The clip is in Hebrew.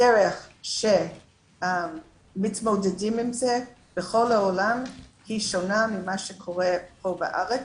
הדרך שבה מתמודדים עם זה בכל העולם היא שונה ממה שקורה פה בארץ,